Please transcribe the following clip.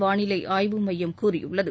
வானிலை ஆய்வு மையம் கூறியுள்ளது